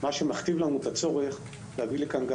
מה שמכתיב לנו את הצורך להביא לכאן גם